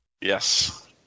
Yes